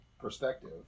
perspective